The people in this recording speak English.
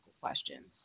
questions